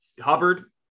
Hubbard